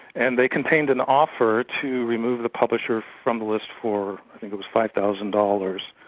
and they contained an offer to remove the publishers from the list for i think it was five thousand dollars.